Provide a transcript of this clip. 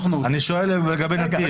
אני שואל לגבי נתיב.